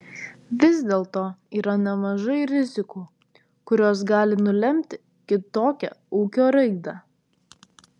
vis dėlto yra nemažai rizikų kurios gali nulemti kitokią ūkio raidą